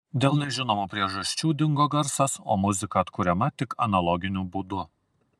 dėl nežinomų priežasčių dingo garsas o muzika atkuriama tik analoginiu būdu